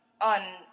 on